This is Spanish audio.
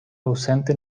ausente